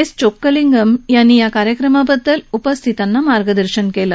S Chockalingam यांनी या कार्यक्रमाबद्दल आज उपस्थितांना मार्गदर्शन केले